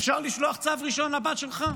אפשר לשלוח צו ראשון לבת שלך?